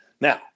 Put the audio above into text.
Now